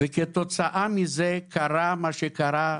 וכתוצאה מזה קרה מה שקרה,